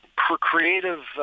procreative